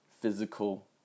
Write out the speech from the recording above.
physical